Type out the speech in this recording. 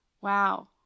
Wow